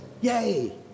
yay